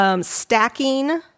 stacking